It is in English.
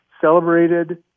celebrated